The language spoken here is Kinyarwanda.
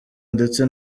ndetse